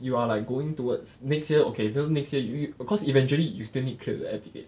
you are like going towards next year okay 就是 next year you you of course eventually you still need clear the air ticket